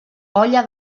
olla